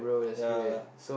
yep